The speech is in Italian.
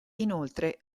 inoltre